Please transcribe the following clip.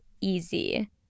easy